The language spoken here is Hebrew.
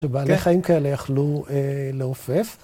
שבעלי חיים כאלה יכלו לעופף.